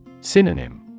Synonym